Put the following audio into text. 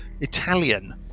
Italian